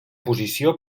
posició